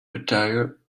attire